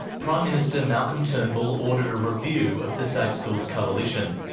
prime minister malcolm turnbull ordered a review of the safe schools coalition.